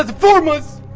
ah four months